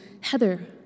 Heather